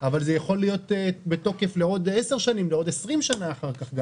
אבל זה יכול להיות בתוקף לעוד 10 שנים ולעוד 20 שנים אחר כך.